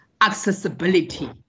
accessibility